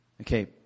Okay